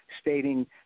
stating